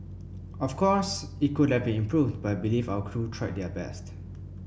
of course it could have been improved but I believe our crew tried their best